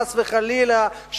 חס וחלילה,